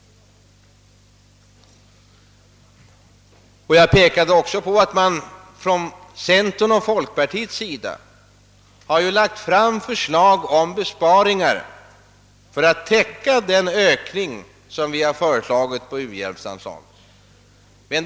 Jag pekade också på att centern och folkpartiet hade anvisat besparingar för att täcka den ökning av u-hjälpsanslaget som vi föreslagit.